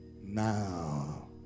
Now